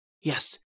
Yes